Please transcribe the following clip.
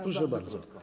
Proszę bardzo.